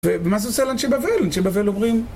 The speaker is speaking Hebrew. ומה זה עושה לאנשי בבל? אנשי בבל אומרים...